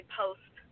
post